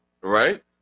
right